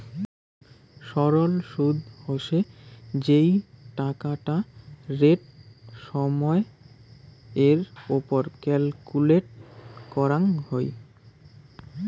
সরল সুদ হসে যেই টাকাটা রেট সময় এর ওপর ক্যালকুলেট করাঙ হই